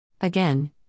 Again